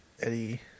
Eddie